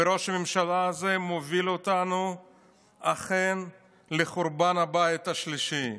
וראש הממשלה הזה מוביל אותנו אכן לחורבן הבית השלישי.